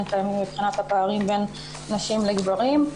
קיימים מבחינת הפערים בין נשים לגברים.